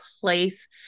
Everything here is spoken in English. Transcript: place